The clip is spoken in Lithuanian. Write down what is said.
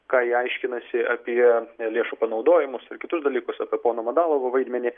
ką jie aiškinasi apie lėšų panaudojimus ar kitus dalykus apie pono madalovo vaidmenį